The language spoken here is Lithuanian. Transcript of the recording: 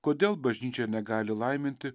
kodėl bažnyčia negali laiminti